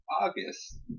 August